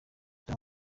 dore